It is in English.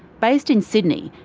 based in sydney,